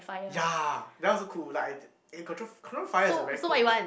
ya that one also cool like I d~ control control fire is a very cool